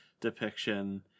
depiction